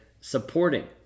supporting